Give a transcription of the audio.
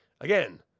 Again